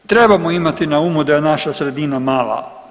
Trebamo imati na umu da je naša sredina mala.